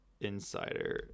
Insider